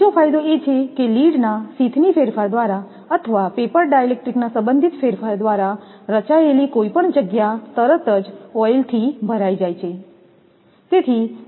બીજો ફાયદો એ છે કે લીડના શીથની ફેરફાર દ્વારા અથવા પેપર ડાઇલેક્ટ્રિકના સંબંધિત ફેરફાર દ્વારા રચાયેલી કોઈપણ જગ્યા તરત જ ઓઇલ થી ભરાય જાય છે